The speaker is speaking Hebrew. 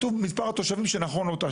שאנחנו חושבים שאפשר לאמץ אותו.